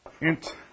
int